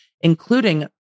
including